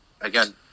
Again